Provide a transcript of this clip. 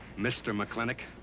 mr. mclintock,